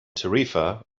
tarifa